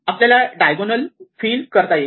आपल्याला diagonal fill करता येईल